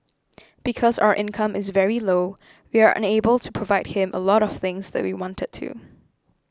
because our income is very low we are unable to provide him a lot of things that we wanted to